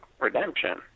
Redemption